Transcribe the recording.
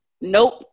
nope